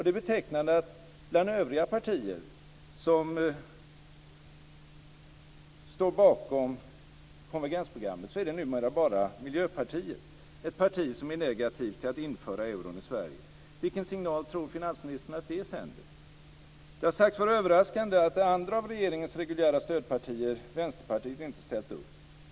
Det är betecknande att bland övriga partier som står bakom konvergensprogrammet är det numera bara Miljöpartiet som är negativt till att införa euron i Sverige. Vilken signal tror finansministern att det sänder? Det har sagts vara överraskande att det andra av regeringens reguljära stödpartier, Vänsterpartiet, inte ställt upp.